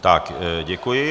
Tak, děkuji.